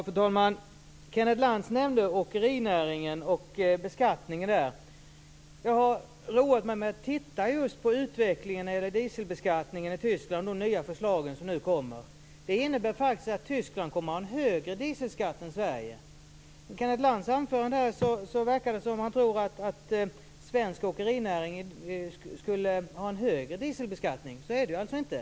Fru talman! Kenneth Lantz nämnde beskattningen av åkerinäringen. Jag har roat mig med att titta just på utvecklingen när det gäller dieselbeskattning i Tyskland och de nya förslag som nu kommer. De innebär faktiskt att Tyskland kommer att ha en högre dieselskatt än Sverige. Att döma av Kenneth Lantz anförande verkar det som om han tror att svensk åkerinäring skulle ha en högre dieselbeskattning. Så är det alltså inte.